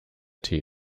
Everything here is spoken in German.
tee